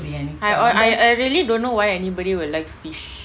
I I really don't know why anybody will like fish